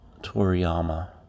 Toriyama